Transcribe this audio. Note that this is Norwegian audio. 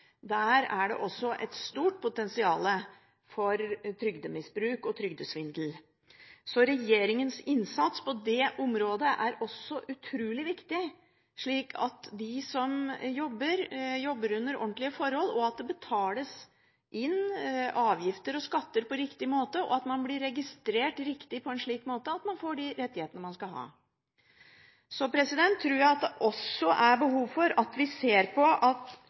der det foregår mye sosial dumping og svart arbeid – er det et stort potensial for trygdemisbruk og trygdesvindel. Regjeringens innsats på dette området er utrolig viktig, slik at de som jobber, jobber under ordentlige forhold – at det betales inn avgifter og skatter på riktig måte, og at man blir registrert riktig og på en slik måte at man får de rettighetene man skal ha. Jeg tror det også er behov for at vi ser på dette at